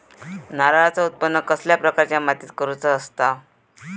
नारळाचा उत्त्पन कसल्या प्रकारच्या मातीत करूचा असता?